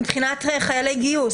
מבחינת חיילי גיוס.